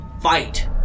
fight